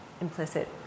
implicit